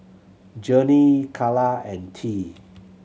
Journey Carla and Tea